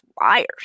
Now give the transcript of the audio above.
liars